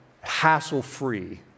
hassle-free